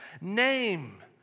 name